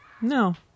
No